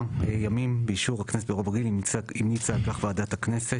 ימים באישור הכנסת ברוב רגיל אם המליצה על כך ועדת הכנסת'.